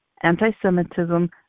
Anti-Semitism